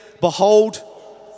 Behold